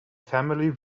family